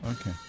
Okay